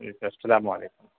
ٹھیک ہے السلام علیکم